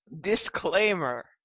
Disclaimer